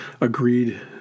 agreed